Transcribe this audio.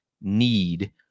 need